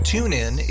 TuneIn